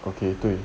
okay 对